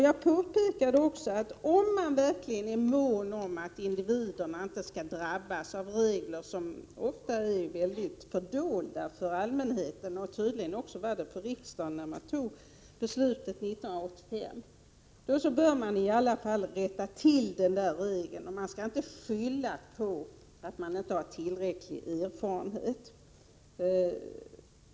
Jag påpekade också att om man verkligen är mån om att individerna inte skall drabbas av en regel, som ofta är fördold för allmänheten och tydligen också var det för riksdagen när beslutet 1985 fattades, bör denna regel rättas till. Man kan inte skylla på att man inte har tillräcklig erfarenhet.